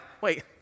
wait